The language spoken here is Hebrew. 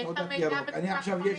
יש תעודה ירוקה.